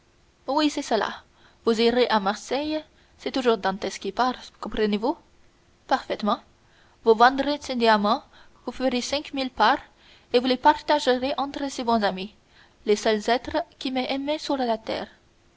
oui c'est cela vous irez à marseille c'est toujours dantès qui parle comprenez-vous parfaitement vous vendrez ce diamant vous ferez cinq parts et vous les partagerez entre ces bons amis les seuls êtres qui m'aient aimé sur la terre